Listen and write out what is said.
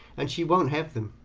and she won't have them.